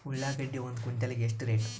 ಉಳ್ಳಾಗಡ್ಡಿ ಒಂದು ಕ್ವಿಂಟಾಲ್ ಗೆ ಎಷ್ಟು ರೇಟು?